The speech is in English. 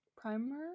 primer